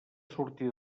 sortida